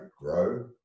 grow